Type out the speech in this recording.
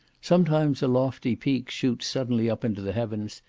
sometimes a lofty peak shoots suddenly up into the heavens,